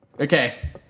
Okay